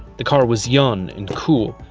the car was young, and cool.